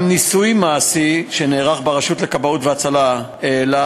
גם ניסוי מעשי שנערך ברשות לכבאות והצלה העלה